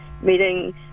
meeting